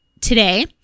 today